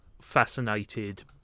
fascinated